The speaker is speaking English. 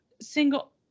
single